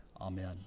amen